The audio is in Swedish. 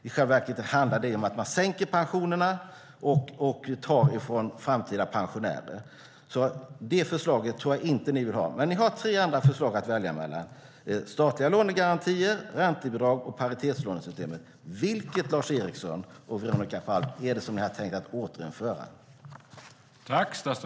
I själva verket handlar det om att man sänker pensionerna och tar från framtida pensionärer. Det tror jag inte att ni vill ha. Men ni har andra tre andra att välja mellan: statliga lånegarantier, räntebidrag och paritetslånesystem. Vilket är det som ni har tänkt återinföra, Lars Eriksson och Veronica Palm?